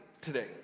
today